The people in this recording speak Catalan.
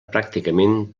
pràcticament